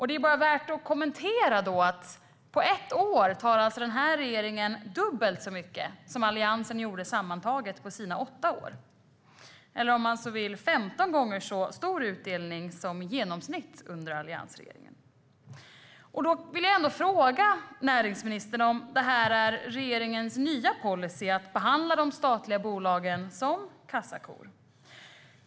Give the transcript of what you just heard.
Det är då värt att kommentera att den här regeringen på ett år tar dubbelt så mycket som Alliansen gjorde sammantaget under sina åtta år eller om man så vill 15 gånger så stor utdelning som genomsnittet under alliansregeringen. Då vill jag fråga näringsministern om det är regeringens nya policy, att behandla de statliga bolagen som kassakor.